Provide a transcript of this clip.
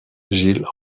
gilles